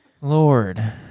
Lord